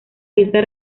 fiesta